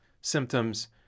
symptoms